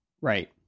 Right